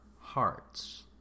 hearts